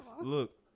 look